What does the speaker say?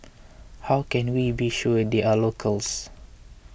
how can we be sure they are locals